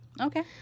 Okay